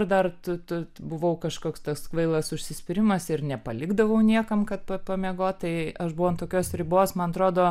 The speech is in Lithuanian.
ir dar tu tu buvau kažkoks tas kvailas užsispyrimas ir nepalikdavau niekam kad pa pamiegot tai aš buvau ant tokios ribos man atrodo